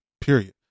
period